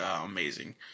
Amazing